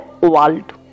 world